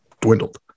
dwindled